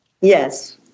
Yes